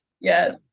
Yes